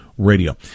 radio